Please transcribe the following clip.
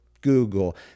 Google